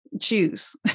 choose